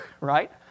right